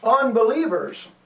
unbelievers